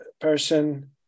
person